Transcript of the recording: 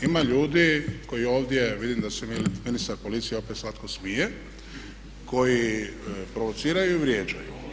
Ima ljudi koji ovdje, vidim da se ministar policije opet slatko smije, koji provociraju i vrijeđaju.